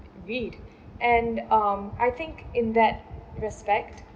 read and um I think in that respect